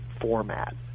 format